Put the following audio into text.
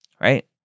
right